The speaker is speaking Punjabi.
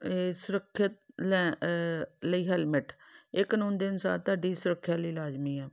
ਸੁਰੱਖਿਅਤ ਲੈ ਲਈ ਹੈਲਮਟ ਇਹ ਕਾਨੂੰਨ ਦੇ ਅਨੁਸਾਰ ਤੁਹਾਡੀ ਸੁਰੱਖਿਆ ਲਈ ਲਾਜ਼ਮੀ ਆ